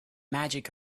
magic